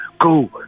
go